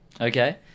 Okay